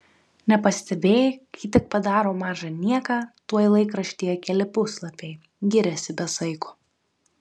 nepastebėjai kai tik padaro mažą nieką tuoj laikraštyje keli puslapiai giriasi be saiko